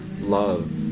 love